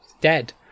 dead